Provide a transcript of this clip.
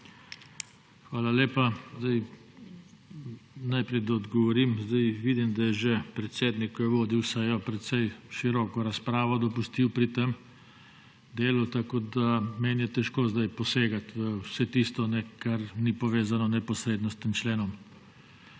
Hvala lepa. Najprej naj odgovorim. Vidim, da je že predsednik, ko je vodil sejo, precej široko razpravo dopustil pri tem delu. Tako je meni težko zdaj posegati v vse tisto, kar ni neposredno povezano s tem členom.